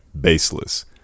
baseless